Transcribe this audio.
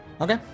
Okay